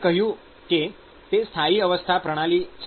આપણે કહ્યું કે તે સ્થાયી અવસ્થા પ્રણાલી છે